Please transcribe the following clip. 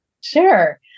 Sure